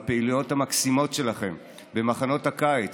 הפעילויות המקסימות שלכם במחנות הקיץ,